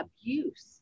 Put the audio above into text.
abuse